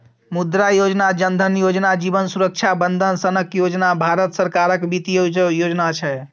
मुद्रा योजना, जन धन योजना, जीबन सुरक्षा बंदन सनक योजना भारत सरकारक बित्तीय योजना छै